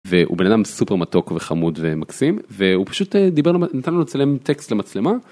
הוא בנאדם סופר מתוק וחמוד ומקסים והוא פשוט דיבר נתן לצלם טקסט למצלמה.